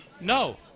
no